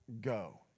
go